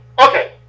okay